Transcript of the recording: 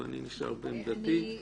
ואני נשאר בעמדתי.